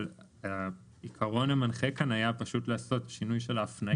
אבל העיקרון המנחה כאן היה פשוט לעשות שינוי של ההפניה.